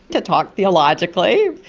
to talk theologically.